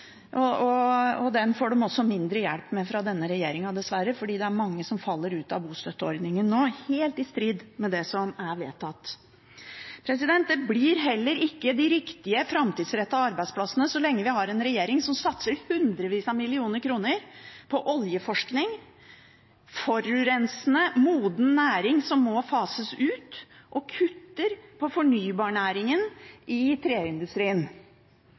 kan betale husleia. Den får de også mindre hjelp med fra denne regjeringen, dessverre, for det er mange som nå faller ut av bostøtteordningen, helt i strid med det som er vedtatt. Det blir heller ikke de riktige, framtidsrettede arbeidsplassene så lenge vi har en regjering som satser hundrevis av millioner kroner på oljeforskning – på en forurensende, moden næring som må fases ut – og kutter i fornybarnæringen i treindustrien.